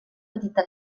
petita